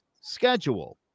schedule